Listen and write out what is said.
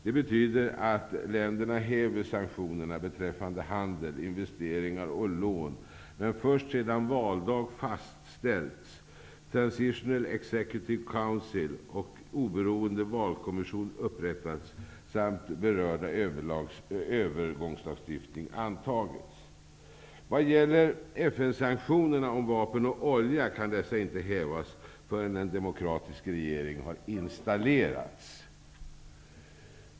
Det betyder att länderna häver sanktionerna beträffande handel, investeringar och lån men först sedan valdag fastställts, transitional executive council och oberoende valkommission upprättats samt den berörda övergångslagstiftningen antagits. FN-sanktionerna beträffande vapen och olja kan inte hävas förrän en demokratisk regering har installerats.